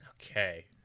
Okay